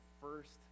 first